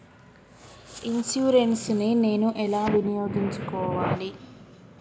Insurance ని నేను ఎలా వినియోగించుకోవాలి?